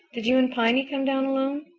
did you and piny come down alone?